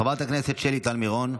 חברת הכנסת שלי טל מירון.